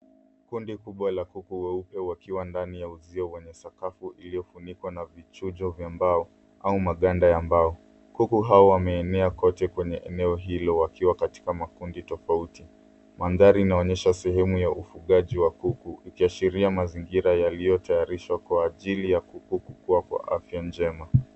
Kundi kubwa la kuku weupe wakiwa ndani ya uzio wenye sakafu iliyofunikwa na vichujo vya mbao au magada ya mbao kuku hawa wameenea kote wakiwa katika makundi tofauti. Mandhari inaonyesha sehemu ya ufugaji wa kuku, ikiashiria mazingira yaliyo tayarishwa kwa ajili ya kuku kukua kwa afya njema.